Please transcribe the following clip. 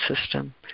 system